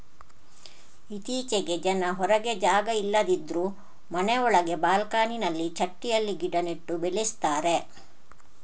ಇತ್ತೀಚೆಗೆ ಜನ ಹೊರಗೆ ಜಾಗ ಇಲ್ಲದಿದ್ರೂ ಮನೆ ಒಳಗೆ ಬಾಲ್ಕನಿನಲ್ಲಿ ಚಟ್ಟಿಯಲ್ಲಿ ಗಿಡ ನೆಟ್ಟು ಬೆಳೆಸ್ತಾರೆ